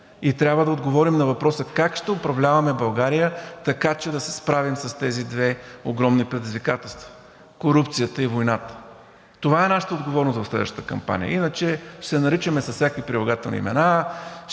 И трябва да отговорим на въпроса как ще управляваме България така, че да се справим с тези две огромни предизвикателства – корупцията, и войната. Това е нашата отговорност в следващата кампания. Иначе ще се наричаме с всякакви прилагателни имена,